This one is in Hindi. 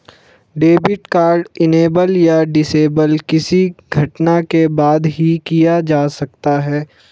डेबिट कार्ड इनेबल या डिसेबल किसी घटना के बाद ही किया जा सकता है